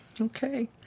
Okay